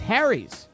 Harry's